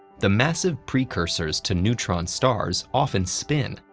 the massive precursors to neutron stars often spin.